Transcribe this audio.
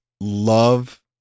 love